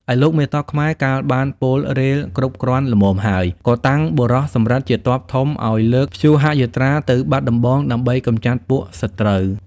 ឯលោកមេទ័ពខ្មែរ កាលបានពលរេហ៍គ្រប់គ្រាន់ល្មមហើយ ក៏តាំងបុរសសំរិទ្ធជាទ័ពធំឲ្យលើកព្យូហយាត្រាទៅបាត់ដំបងដើម្បីកម្ចាត់ពួកសត្រូវ ។